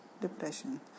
depression